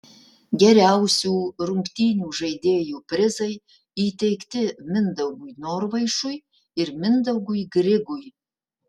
geriausių rungtynių žaidėjų prizai įteikti mindaugui norvaišui ir mindaugui grigui